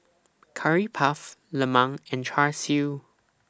Curry Puff Lemang and Char Siu